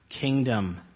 kingdom